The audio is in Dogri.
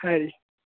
खरी